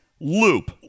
loop